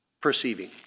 perceiving